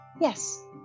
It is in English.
Yes